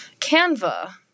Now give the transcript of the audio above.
Canva